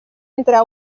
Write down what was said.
entre